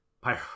Pyro